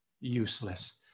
useless